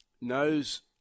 knows